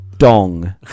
Dong